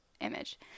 image